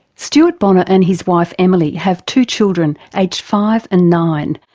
stuart bonner and his wife emily have two children aged five and nine,